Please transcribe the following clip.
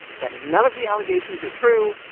that none of the allegations are true.